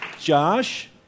Josh